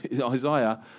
Isaiah